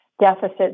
deficit